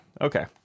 Okay